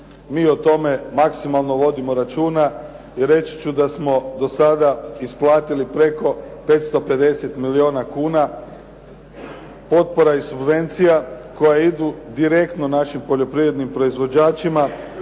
Mi o tome maksimalno vodimo računa i reći ću da smo do sada isplatili preko 550 milijuna kuna potpora i subvencija koje idu direktno našim poljoprivrednim proizvođačima